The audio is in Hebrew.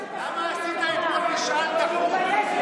למה עשית אתמול משאל דחוף?